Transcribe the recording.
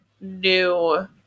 new